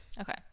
Okay